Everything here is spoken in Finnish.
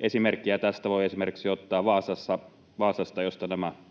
Esimerkkejä tästä voi ottaa esimerkiksi Vaasasta, jossa nämä